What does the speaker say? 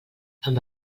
amb